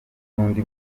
n’undi